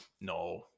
No